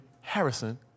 Harrison